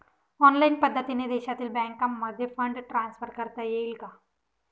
Online पद्धतीने देशातील बँकांमध्ये फंड ट्रान्सफर करता येईल का?